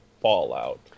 Fallout